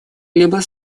либо